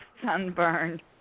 sunburned